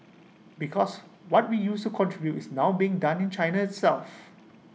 because what we used to contribute is now being done in China itself